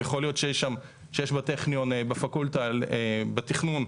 יכול להיות שיש בטכניון בפקולטה בתכנון,